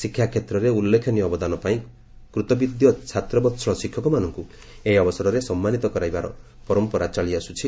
ଶିକ୍ଷାକ୍ଷେତ୍ରରେ ଉଲ୍ଲେଖନୀୟ ଅବଦାନ ପାଇଁ କୃତବିଦ୍ୟ ଛାତ୍ରବହଳ ଶିକ୍ଷକମାନଙ୍କୁ ଏହି ଅବସରରେ ସମ୍ମାନିତ କରିବାର ପରମ୍ପରା ଚଳିଆସୁଛି